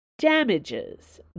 Damages